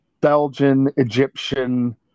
Belgian-Egyptian